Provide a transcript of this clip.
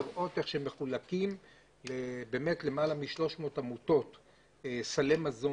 ראיתי איך מחולקים ללמעלה מ-300 עמותות סלי מזון